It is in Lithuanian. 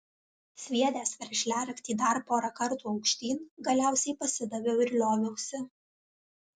sviedęs veržliaraktį dar pora kartų aukštyn galiausiai pasidaviau ir lioviausi